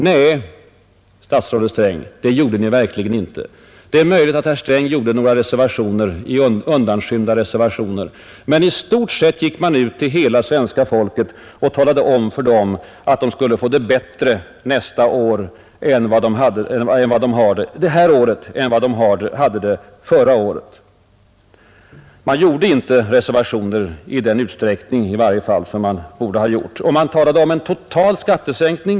Nej, det gjorde ni verkligen inte. Det är möjligt att herr Sträng gjorde någon undanskymd reservation, men i stort sett gick man ut och talade om för hela svenska folket, att de skulle få det bättre i år än förra året. Reservationer gjordes inte i tillräcklig utsträckning. Man talade om en total skattesänkning.